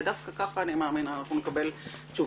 ודווקא ככה אני מאמינה אנחנו נקבל תשובות